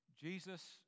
Jesus